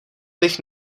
bych